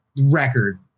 record